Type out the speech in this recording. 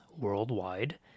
worldwide